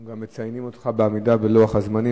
אנחנו גם מציינים אותך בעמידה בלוח הזמנים,